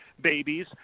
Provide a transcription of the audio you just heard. babies